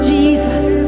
Jesus